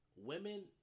Women